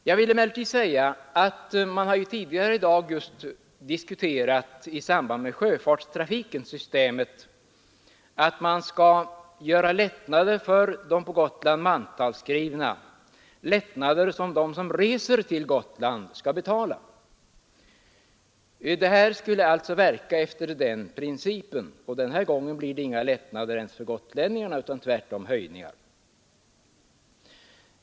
Jag vill emellertid säga att man tidigare i dag i samband med sjöfarten just har diskuterat systemet att göra lättnader för de på Gotland mantalsskrivna, lättnader vilka de som reser till Gotland skall betala. Det nya taxesystemet skulle alltså verka efter den principen, men den här gången blir det inga lättnader ens för gotlänningarna utan tvärtom höjningar.